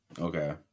Okay